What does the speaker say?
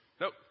Nope